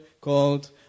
called